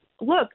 look